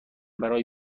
برای